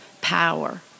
power